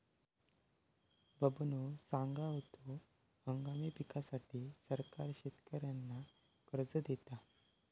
बबनो सांगा होतो, हंगामी पिकांसाठी सरकार शेतकऱ्यांना कर्ज देता